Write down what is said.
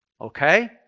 Okay